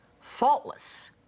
faultless